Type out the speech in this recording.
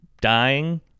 dying